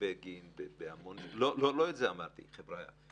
בגין בהמון לא את זה אמרתי, חבריא.